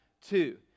two